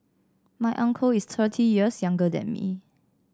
my uncle is thirty years younger than me